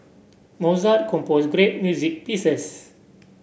Mozart composed great music pieces